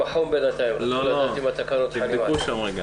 תבדקו.